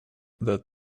that